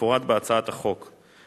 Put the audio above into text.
כמפורט בהצעת החוק.